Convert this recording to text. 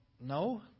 No